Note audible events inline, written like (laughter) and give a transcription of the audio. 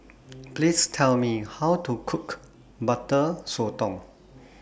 Please Tell Me How to Cook Butter Sotong (noise)